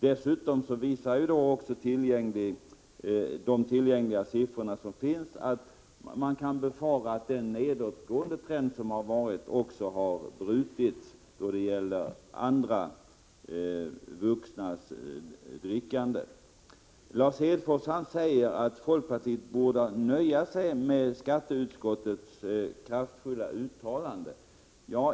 Dessutom visar de tillgängliga siffrorna att man kan befara att den nedåtgående trend som rått har brutits också när det gäller andras, vuxnas, drickande. Lars Hedfors säger att folkpartiet borde nöja sig med skatteutskottets kraftfulla uttalande.